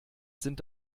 sind